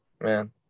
man